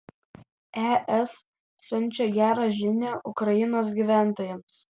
es siunčia gerą žinią ukrainos gyventojams